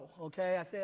okay